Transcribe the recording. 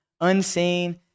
unseen